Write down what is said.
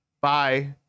Bye